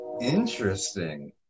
Interesting